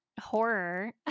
Horror